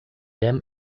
them